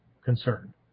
concern